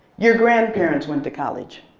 your grandparents went to college.